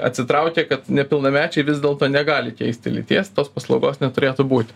atsitraukė kad nepilnamečiai vis dėlto negali keisti lyties tos paslaugos neturėtų būt